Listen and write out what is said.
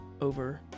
over